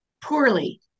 poorly